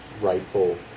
rightful